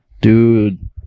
dude